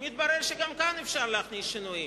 מתברר שגם כאן אפשר להכניס שינויים.